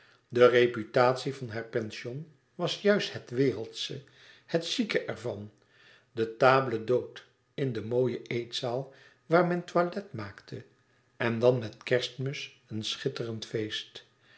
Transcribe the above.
de reputatie van haar pension was juist het wereldsche het chique ervan de table d hôte in de mooie eetzaal waar men toilet maakte en dan met kerstmis een schitterend feest